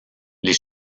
les